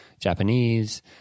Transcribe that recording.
Japanese